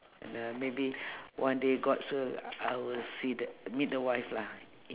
uh maybe one day god's will I will see th~ meet the wife lah